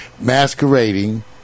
masquerading